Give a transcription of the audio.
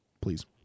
Please